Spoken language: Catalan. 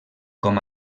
com